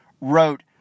wrote